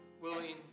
willing